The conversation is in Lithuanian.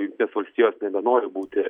jungtinės valstijos nebenori būti